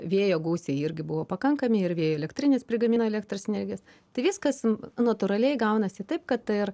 vėjo gūsiai irgi buvo pakankami ir vėjo elektrinės prigamino elektros energijos tai viskas natūraliai gaunasi taip kad ir